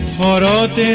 ah da da